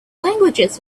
languages